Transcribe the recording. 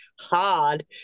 hard